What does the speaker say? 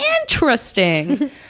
interesting